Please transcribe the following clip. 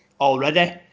already